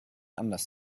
anders